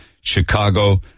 chicago